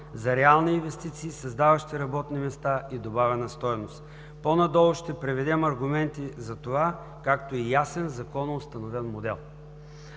за реални инвестиции, създаващи работни места и добавена стойност. По-надолу ще приведем аргументи за това, както и ясен законово установен модел.